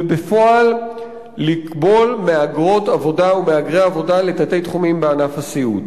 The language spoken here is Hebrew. ובפועל לכבול מהגרות עבודה ומהגרי עבודה לתת-תחומים בענף הסיעוד.